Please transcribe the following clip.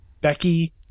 Becky